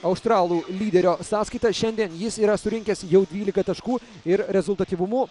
australų lyderio sąskaitą šiandien jis yra surinkęs jau dvylika taškų ir rezultatyvumu